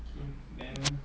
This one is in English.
okay then